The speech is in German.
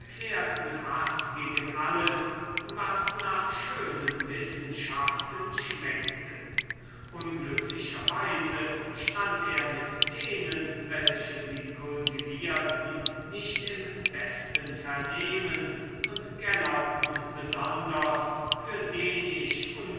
erklärten haß gegen alles was nach schönen wissenschaften schmeckte unglücklicherweise stand er mit denen welche sie kultivierten nicht im besten vernehmen und gellerten besonders für den ich